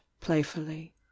playfully